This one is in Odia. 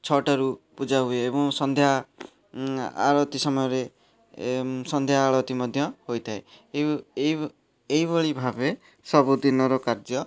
ଛଅଟାରୁ ପୂଜା ହୁଏ ଏବଂ ସନ୍ଧ୍ୟା ଆଳତୀ ସମୟରେ ସନ୍ଧ୍ୟା ଆଳତୀ ମଧ୍ୟ ହୋଇଥାଏ ଏଇ ଏଇ ଏଇଭଳି ଭାବେ ସବୁଦିନର କାର୍ଯ୍ୟ